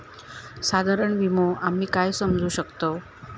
साधारण विमो आम्ही काय समजू शकतव?